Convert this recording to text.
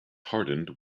hardened